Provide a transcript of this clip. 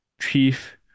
chief